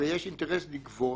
הרי יש אינטרס לגבות.